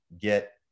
get